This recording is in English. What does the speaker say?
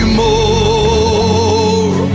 more